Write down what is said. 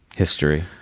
History